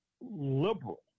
liberal